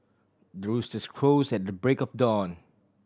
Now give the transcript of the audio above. the roosters crows at the break of dawn